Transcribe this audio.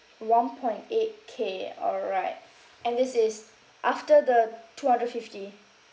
one point eight K all right and this is after the two hundred fifty